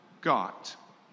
got